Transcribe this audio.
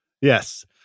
Yes